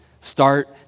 start